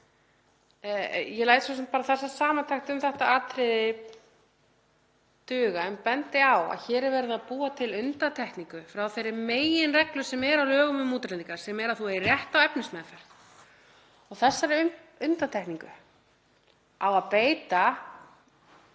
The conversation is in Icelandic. Ég læt þessa samantekt um þetta atriði duga en bendi á að hér er verið að búa til undantekningu frá þeirri meginreglu sem er í lögum um útlendinga sem er að þú eigir rétt á efnismeðferð. Þessari undantekningu á að beita